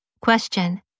Question